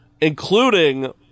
including